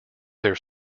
their